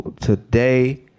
today